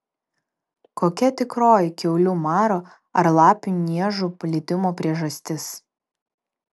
kokia tikroji kiaulių maro ar lapių niežų plitimo priežastis